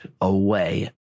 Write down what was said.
away